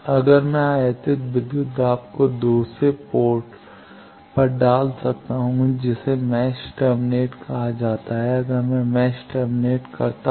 अगर मैं आयातित के विद्युत दाब को दूसरे पोर्ट पर डाल सकता हूं जिसे मैच टर्मिनेट कहा जाता है अगर मैं मैच टर्मिनेट करता हूं